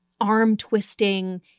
arm-twisting